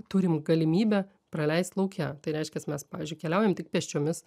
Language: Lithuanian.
turim galimybę praleist lauke tai reiškias mes pavyzdžiui keliaujam tik pėsčiomis